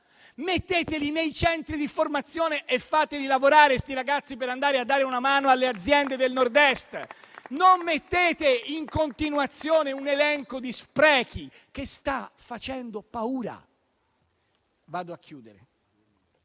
Metteteli nei centri di formazione e fate lavorare questi ragazzi, per dare una mano alle aziende del Nord-Est. Non continuate questo elenco di sprechi, che sta facendo paura. Vado a chiudere.